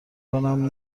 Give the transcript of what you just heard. کنم